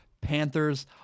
Panthers